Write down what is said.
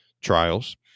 trials